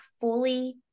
fully